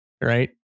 right